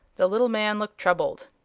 the little man looked troubled.